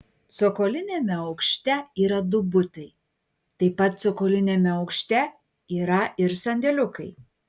cokoliniame aukšte yra du butai taip pat cokoliniame aukšte yra ir sandėliukai